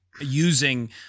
using